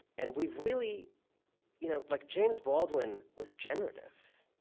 and we've really you know like james baldwin was generative.